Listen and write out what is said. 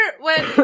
when-